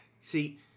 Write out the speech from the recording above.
See